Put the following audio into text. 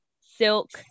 Silk